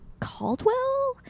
Caldwell